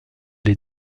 les